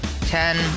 Ten